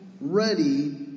ready